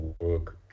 work